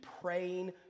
praying